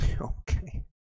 Okay